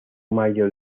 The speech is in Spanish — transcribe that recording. mayor